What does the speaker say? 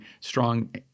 strong